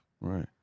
Right